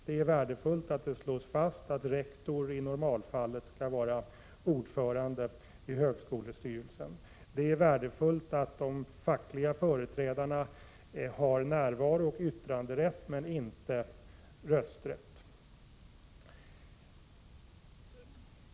Det är värdefullt att det slås fast att rektor i normalfallet skall vara ordförande i högskolestyrelsen. Det är värdefullt att de fackliga företrädarna har närvarooch yttranderätt men inte rösträtt.